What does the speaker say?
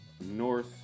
North